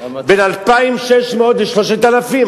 בין 2,600 ל-3,000.